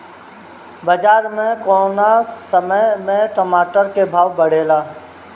बाजार मे कौना समय मे टमाटर के भाव बढ़ेले?